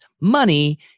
money